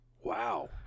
Wow